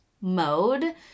mode